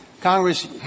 Congress